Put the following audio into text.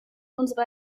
unserer